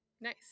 Nice